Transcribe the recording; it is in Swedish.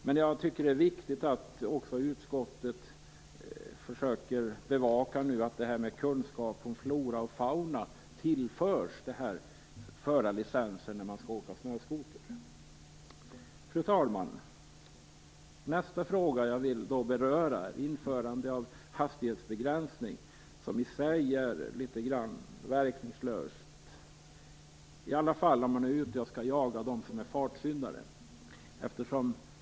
Men jag tycker att det är viktigt att utskottet nu också försöker bevaka detta att kunskap om flora och fauna tillförs förarlicensen när man skall åka snöskoter. Fru talman! Nästa fråga som jag vill beröra är införande av hastighetsbegränsning som i sig är litet grand verkningslös, i alla fall om man skall jaga fartsyndare.